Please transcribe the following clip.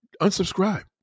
unsubscribe